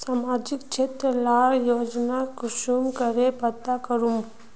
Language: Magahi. सामाजिक क्षेत्र लार योजना कुंसम करे पता करूम?